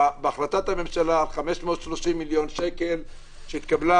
בהחלטת הממשלה על 530 מיליון שקל שהתקבלה,